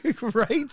right